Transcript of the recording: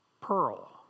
pearl